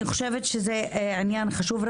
אני חושבת שזה עניין חשוב.